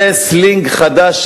זה סלנג חדש,